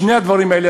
שני הדברים האלה,